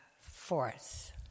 fourth